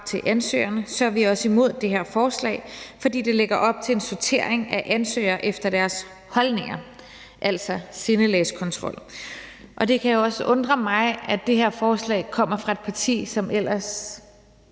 til ansøgerne, er vi også imod det her forslag, fordi det lægger op til en sortering af ansøgere efter deres holdninger, altså sindelagskontrol. Det kan jo også undre mig, at det her forslag kommer fra et parti, som ellers